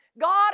God